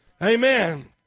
Amen